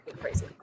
crazy